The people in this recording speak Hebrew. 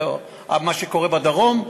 מה שקורה בדרום,